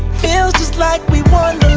feels just like we won